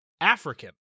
African